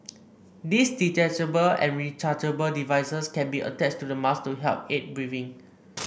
these detachable and rechargeable devices can be attached to the mask to help aid breathing